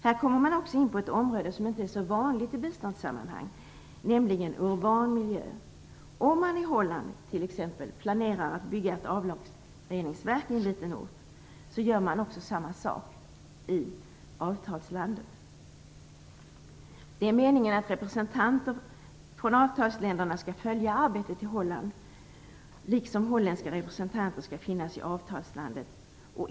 Här kommer man in på ett område som inte är så vanligt i biståndssammanhang, nämligen urban miljö. Om man i Holland t.ex. planerar att bygga ett avloppsreningsverk i en liten ort, gör man samma sak i avtalslandet. Det är meningen att representanter för avtalsländerna skall följa arbetet i Holland, liksom holländska representanter skall finnas i avtalslandet.